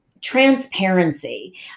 transparency